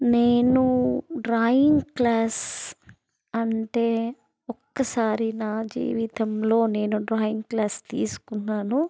నేను drawing class అంటే ఒక్కసారి నా జీవితంలో నేను డ్రాయింగ్ క్లాస్ తీసుకున్నాను